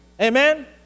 Amen